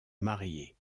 marier